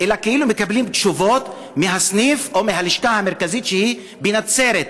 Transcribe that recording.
אלא כאילו מקבלים תשובות מהסניף או מהלשכה המרכזית שהיא בנצרת.